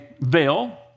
veil